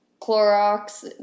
Clorox